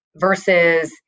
Versus